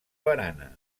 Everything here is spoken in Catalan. barana